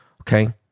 Okay